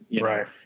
Right